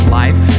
life